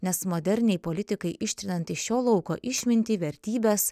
nes moderniai politikai ištrinant iš šio lauko išmintį vertybes